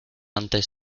antes